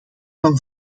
van